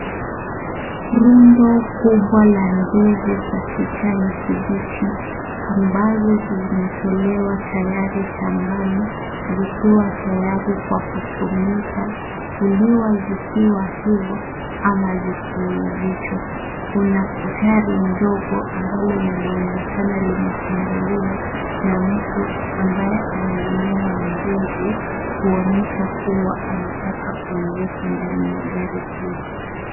Rundo kubwa la ndizi zina kijani kibichi ambazo zimetolewa tayari shambani zikiwa tayari kwa kutumika kuliwa zikiwa hivyo ama zikiivishwa. Kuna gari ndogo ambalo linaonekana limefunguliwa na mtu ambaye anainua ndizi , kuonyesha kuwa anataka kuiweka ndani ya gari hilo.